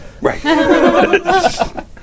Right